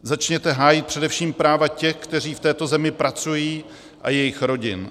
Začněte hájit především práva těch, kteří v této zemi pracují, a jejich rodin.